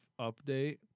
update